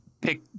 pick